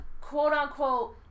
quote-unquote